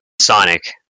Sonic